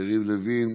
יריב לוין,